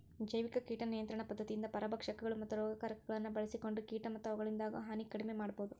ಜೈವಿಕ ಕೇಟ ನಿಯಂತ್ರಣ ಪದ್ಧತಿಯಿಂದ ಪರಭಕ್ಷಕಗಳು, ಮತ್ತ ರೋಗಕಾರಕಗಳನ್ನ ಬಳ್ಸಿಕೊಂಡ ಕೇಟ ಮತ್ತ ಅವುಗಳಿಂದಾಗೋ ಹಾನಿ ಕಡಿಮೆ ಮಾಡಬೋದು